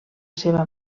seva